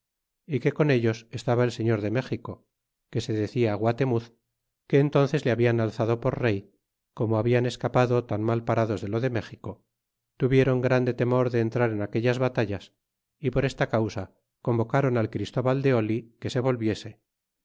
y que con ellos estaba el señor de méxico que se decia guatemuz que entonces le habian alzado por rey corno habian escapado tan mal parados de lo de méxico tuviéron grande temor de entrar en aquellas batallas y por esta causa convocron al christóbal de oli que se volviese